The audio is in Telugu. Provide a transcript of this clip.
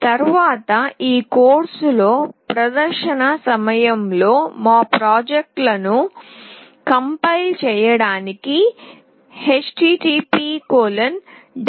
తరువాత ఈ కోర్సులో ప్రదర్శన సమయంలో మా ప్రాజెక్టులను కంపైల్ చేయడానికి httpdeveloper